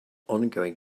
ongoing